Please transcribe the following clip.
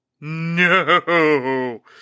No